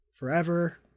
forever